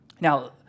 Now